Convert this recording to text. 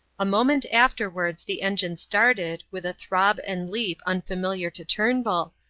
a moment afterwards the engine started, with a throb and leap unfamiliar to turnbull,